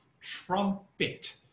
trumpet